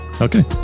Okay